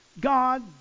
God